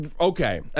Okay